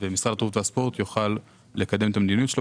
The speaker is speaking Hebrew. ומשרד התרבות והספורט יוכל לקדם את המדיניות שלו